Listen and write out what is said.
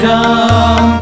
Ram